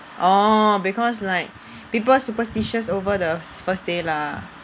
orh because like people superstitious over the first day lah